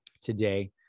today